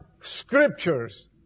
scriptures